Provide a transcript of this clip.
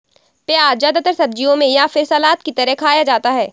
प्याज़ ज्यादातर सब्जियों में या फिर सलाद की तरह खाया जाता है